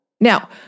Now